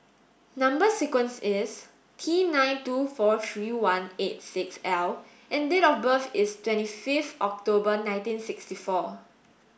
number sequence is T nine two four three one eight six L and date of birth is twenty five October nineteen sixty four